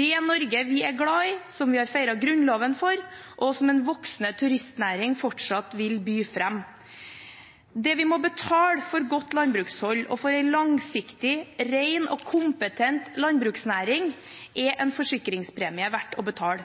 det Norge vi er glad i, som vi har feiret Grunnloven for, og som en voksende turistnæring fortsatt vil by fram. Det vi må betale for et godt landbrukshold og for en langsiktig, ren og kompetent landbruksnæring, er en